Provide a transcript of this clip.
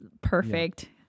perfect